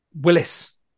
willis